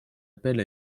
appel